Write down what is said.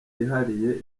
yihariye